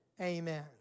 Amen